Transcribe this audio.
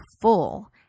full